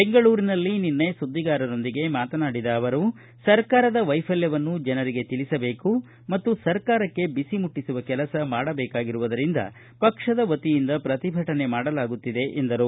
ಬೆಂಗಳೂರಿನಲ್ಲಿ ನಿನ್ನೆ ಸುದ್ವಿಗಾರರೊಂದಿಗೆ ಮಾತನಾಡಿದ ಅವರು ಸರ್ಕಾರದ ವೈಫಲ್ಯವನ್ನು ಜನರಿಗೆ ತಿಳಿಸಬೇಕು ಮತ್ತು ಸರ್ಕಾರಕ್ಷೆ ಬಿಸಿ ಮುಟ್ಟಿಸುವ ಕೆಲಸ ಮಾಡಬೇಕಾಗಿರುವುದರಿಂದ ಪಕ್ಷದ ವತಿಯಿಂದ ಪ್ರತಿಭಟನೆ ಮಾಡಲಾಗುತ್ತಿದೆ ಎಂದರು